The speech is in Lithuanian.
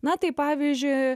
na tai pavyzdžiui